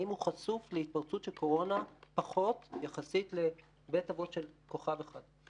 חשוף להתפרצות של קורונה פחות יחסית לבית האבות של כוכב אחד.